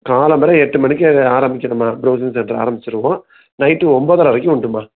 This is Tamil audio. காலம்பர எட்டு மணிக்கு ஆரம்பிக்கிறேம்மா பிரௌசிங் சென்டரை ஆரம்பிச்சிடுவோம் நைட்டு ஒம்போதரை வரைக்கும் உண்டும்மா